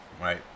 right